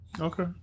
Okay